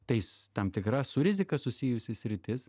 tai su tam tikra su rizika susijusi sritis